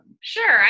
Sure